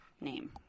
name